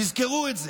תודה, תודה רבה.